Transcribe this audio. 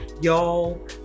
y'all